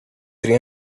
three